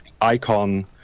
icon